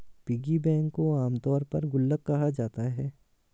piggy bank को आमतौर पर गुल्लक कहा जाता है